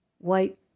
White